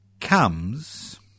comes